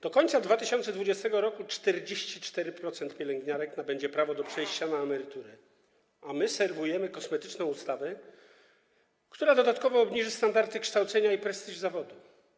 Do końca 2020 r. 44% pielęgniarek nabędzie prawo do przejścia na emeryturę, a my serwujemy kosmetyczną ustawę, która dodatkowo obniży standardy kształcenia i prestiż zawodu.